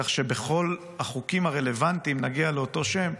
כך שבכל החוקים הרלוונטיים נגיע לאותו שם.